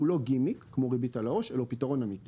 הוא לא גימיק כמו ריבית על העו"ש אלא הוא פתרון אמיתי,